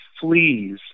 fleas